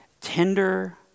tender